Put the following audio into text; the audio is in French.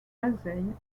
bazeilles